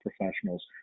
professionals